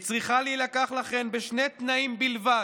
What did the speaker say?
לכן היא צריכה להילקח בשני תנאים בלבד: